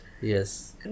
yes